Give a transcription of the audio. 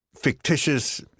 fictitious